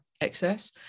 excess